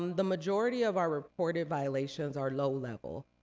um the majority of our reported violations are low-level,